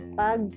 pag